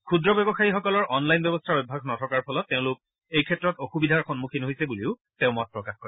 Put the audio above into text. ক্ষুদ্ৰ ব্যৱসায়ীসকলৰ অনলাইন ব্যৱস্থাৰ অভ্যাস নথকাৰ ফলত তেওঁলোক এই ক্ষেত্ৰত অসুবিধাৰ সন্মুখীন হৈছে বুলিও তেওঁ মত প্ৰকাশ কৰে